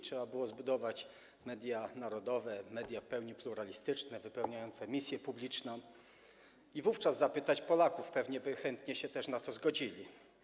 Trzeba było zbudować media narodowe, media w pełni pluralistyczne, wypełniające misję publiczną i wówczas zapytać Polaków - pewnie też by się chętnie na to zgodzili.